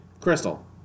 Crystal